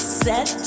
set